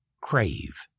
crave